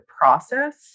process